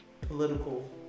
political